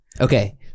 Okay